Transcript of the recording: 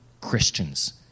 Christians